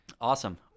Awesome